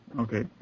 Okay